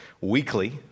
weekly